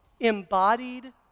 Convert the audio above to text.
embodied